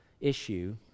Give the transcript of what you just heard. issue